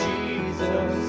Jesus